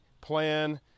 plan